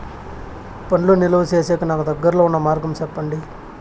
పండ్లు నిలువ సేసేకి నాకు దగ్గర్లో ఉన్న మార్గం చెప్పండి?